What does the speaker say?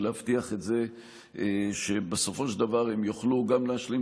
ולוודא ולהבטיח שבסופו של דבר הם יוכלו גם להשלים